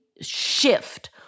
shift